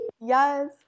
Yes